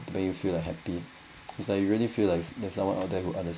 to make you feel like happy it's like you really feel like there's someone out there who understands